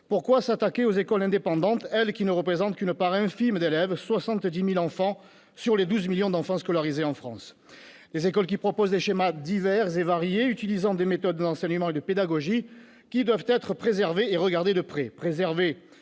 pourquoi s'attaquer aux écoles indépendantes, elles qui ne représentent qu'une part infime d'élèves ? Elles accueillent 70 000 enfants sur les 12 millions d'enfants scolarisés en France. Ces écoles proposent des schémas divers et variés utilisant des méthodes d'enseignement et de pédagogie qui doivent être préservées et regardées de près.